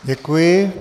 Děkuji.